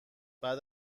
بعد